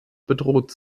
bedroht